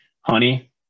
honey